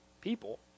people